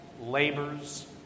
labors